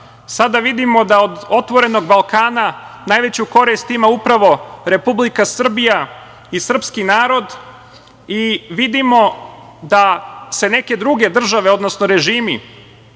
Sada vidimo da „Otvorenog Balkana“ najveću korist ima upravo Republika Srbija i srpski narod i vidimo da se neke države, odnosno režimi